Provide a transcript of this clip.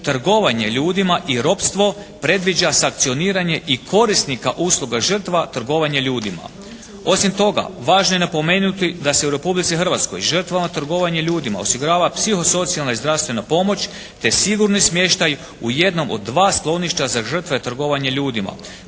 trgovanje ljudima i ropstvo predviđa sankcioniranje i korisnika usluga žrtva trgovanja ljudima. Osim toga važno je napomenuti da se u Republici Hrvatskoj žrtvama trgovanja ljudima osigurava psihosocijalna i zdravstvena pomoć te sigurni smještaj u jednom od dva skloništa za žrtve trgovanja ljudima